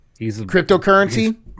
Cryptocurrency